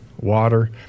water